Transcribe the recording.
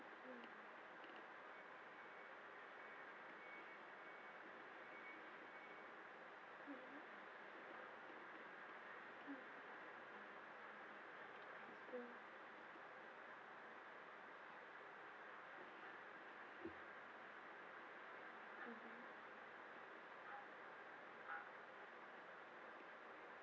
mm mmhmm mm mm mmhmm